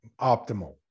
optimal